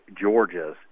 Georgia's